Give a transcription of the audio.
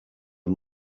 are